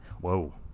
Whoa